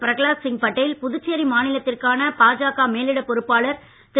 பிரகலாத் சிங் பட்டேல் புதுச்சேரி மாநிலத்திற்கான பாஜக மேலிட பொறுப்பாளர் திரு